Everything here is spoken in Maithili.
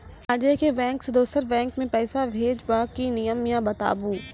आजे के बैंक से दोसर बैंक मे पैसा भेज ब की नियम या बताबू?